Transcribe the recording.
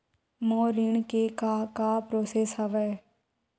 मोर ऋण के का का प्रोसेस हवय?